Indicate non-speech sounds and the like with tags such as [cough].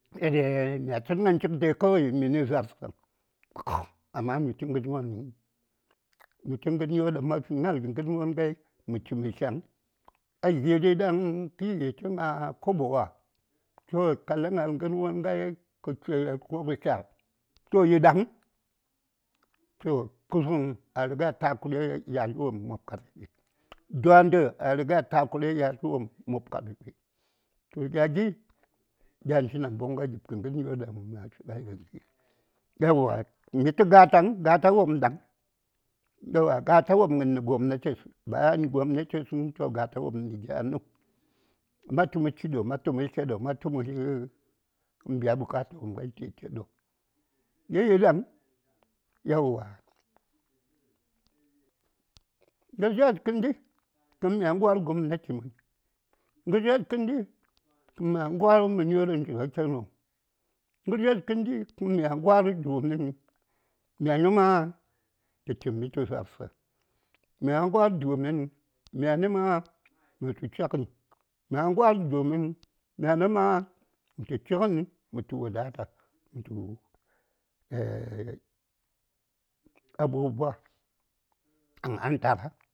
[hesitation] mya tsənŋən chik dai kawai minə za:rsə [noise] amma mitə ŋənwonəŋ həŋ mitə tə ŋənwon ɗan ma fi ŋa:l ŋənwon ŋai mə chi mə tlyaŋ ɗa giri ɗaŋ kiyi tə ŋa: kobo wa toh ka ləŋ ŋa:l ŋənwon ŋai kə chi ko kə tlya toh yi ɗaŋ toh kusuŋ a riga takura yatl wopm mob karfi dwandə a riga takura yatl wopm mob karfi toh gya gin ya chi namboŋ a gib kə ŋərwon ɗaŋ mya fiŋai ŋəndi yauwa, mitə gataŋ gatawopm ɗaŋ gata wopm nə gobnates bayan nə gobnates həŋ ta gata wopm nəgya nu? ma tu mə chi ɗo matu mə tlya ɗo matu murŋə mə biya bukata wopm ŋai cheɗo, mə yirəŋ yauwara ŋəshes kəndi ŋəŋmya gwar gobnati ŋəshes kəndi ma ngwar mənyoɗaŋ chiŋa ken wopm ŋəshes kəndi kən mya ngwar domin myani ma tə chimmi tu za:rsə mya ngwar domin myani ma mə tu tlyaŋəni mya ngwar domin myani ma mətu chiŋəni mətu wadata mətu aeyyyy mətu aeyy abubuwa ɗaŋ a ndara.